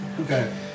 Okay